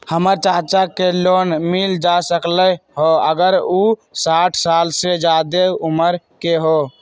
हमर चाचा के लोन मिल जा सकलई ह अगर उ साठ साल से जादे उमर के हों?